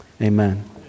amen